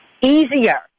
easier